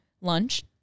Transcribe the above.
lunch